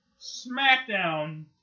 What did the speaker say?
SmackDown